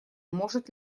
может